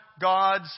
God's